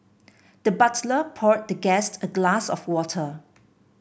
the butler poured the guest a glass of water